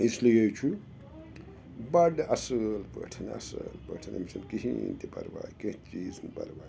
اِسلیے چھُ بَڑٕ اَصل پٲٹھۍ اَصل پٲٹھۍ أمۍ چھِنہٕ کِہیٖنۍ تہِ پَرواے کیٚنٛہہ چیٖز نہٕ پَرواے